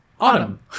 autumn